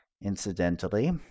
incidentally